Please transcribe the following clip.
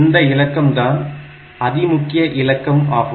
இந்த இலக்கம் தான் அதிமுக்கிய இலக்கம் ஆகும்